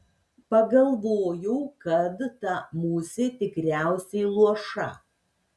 pagalvojau kad ta musė tikriausiai luoša